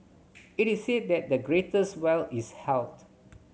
it is said that the greatest wealth is health